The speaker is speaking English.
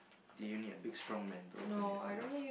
do you need a big strong man to open it for you